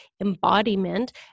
embodiment